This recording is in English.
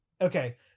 Okay